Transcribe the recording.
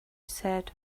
said